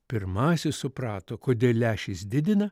pirmasis suprato kodėl lęšis didina